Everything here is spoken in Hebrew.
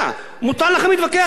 מותר לכם להתווכח אתו.